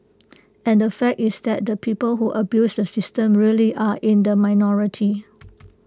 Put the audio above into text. and the fact is that the people who abuse the system really are in the minority